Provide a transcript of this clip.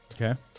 Okay